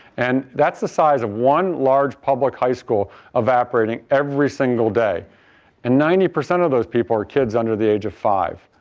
and that's the size of one large public high school evaporating every single day and ninety percent of those people are kids under the age of five.